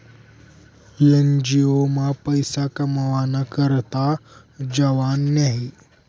NGO मा पैसा कमावाना करता जावानं न्हयी